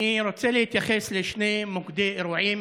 אני רוצה להתייחס לשני מוקדי אירועים: